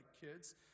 kids